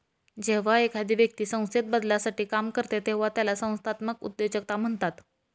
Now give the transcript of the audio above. जेव्हा एखादी व्यक्ती संस्थेत बदलासाठी काम करते तेव्हा त्याला संस्थात्मक उद्योजकता म्हणतात